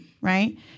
right